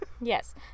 Yes